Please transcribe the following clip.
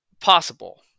possible